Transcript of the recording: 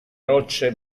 rocce